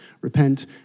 Repent